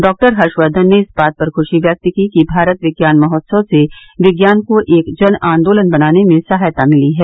doctor Harshvardhan ने इस बात पर खुशी व्यक्त की कि भारत विज्ञान महोत्सव से विज्ञान को एक जन आंदोलन बनाने में सहायता मिली है